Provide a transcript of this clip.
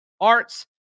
arts